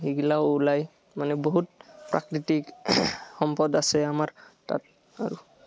সেইবিলাক ওলায় মানে বহুত প্ৰাকৃতিক সম্পদ আছে আমাৰ